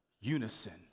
unison